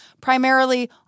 Primarily